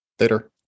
Later